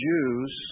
Jews